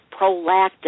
prolactin